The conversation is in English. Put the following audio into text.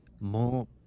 more